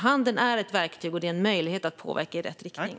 Handeln är alltså ett verktyg som ger möjlighet att påverka i rätt riktning.